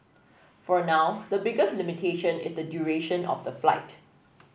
for now the biggest limitation is the duration of the flight